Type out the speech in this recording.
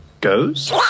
goes